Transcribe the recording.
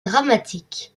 dramatique